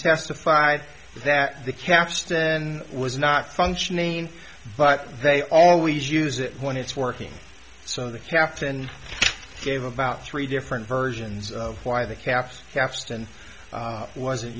testified that the caps then was not functioning but they always use it when it's working so the captain gave about three different versions of why the caps capstan wasn't